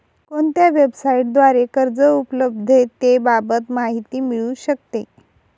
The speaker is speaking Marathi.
कोणत्या वेबसाईटद्वारे कर्ज उपलब्धतेबाबत माहिती मिळू शकते?